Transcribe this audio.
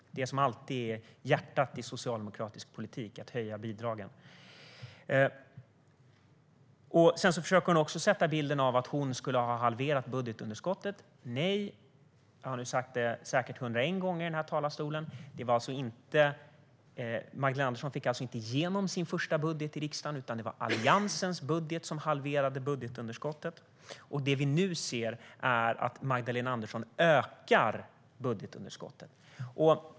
Det är alltid hjärtat i socialdemokratisk politik: att höja bidragen. Hon försöker också ge bilden av att hon skulle ha halverat budgetunderskottet. Jag har säkert sagt detta 101 gånger i den här talarstolen: Magdalena Andersson fick inte igenom sin första budget i riksdagen, utan det var Alliansens budget som halverade budgetunderskottet. Det vi nu ser är att Magdalena Andersson ökar budgetunderskottet.